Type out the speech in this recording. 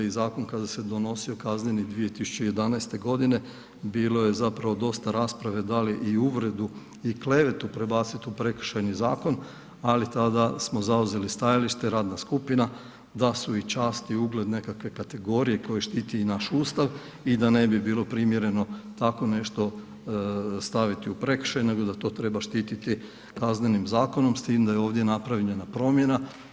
I zakon kada se donosio kazneni 2011. godine bilo je dosta rasprave da li i uvredu i klevetu prebaciti u Prekršajni zakon, ali tada smo zauzeli stajalište radna skupina da su i čast i ugled nekakve kategorije koje štiti i naš Ustav i da ne bi bilo primjereno tako nešto staviti u prekršaj nego da to treba štititi Kaznenim zakonom, s tim da je ovdje napravljena promjena.